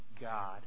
God